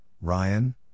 Ryan